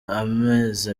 amezi